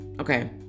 Okay